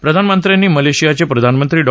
प्रधानमंत्र्यांनी मलेशियाचे प्रधानमंत्री डॉ